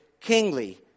kingly